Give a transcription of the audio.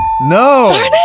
No